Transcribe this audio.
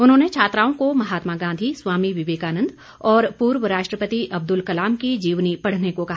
उन्होंने छात्राओं को महात्मा गांधी स्वामी विवेकानन्द और पूर्व राष्ट्रपति अब्दुल कलाम की जीवनी पढ़ने को कहा